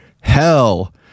Hell